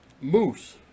Moose